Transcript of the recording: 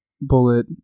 Bullet